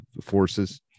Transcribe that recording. forces